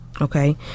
Okay